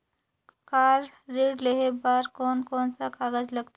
Car ऋण लेहे बार कोन कोन सा कागज़ लगथे?